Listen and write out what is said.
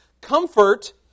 Comfort